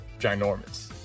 ginormous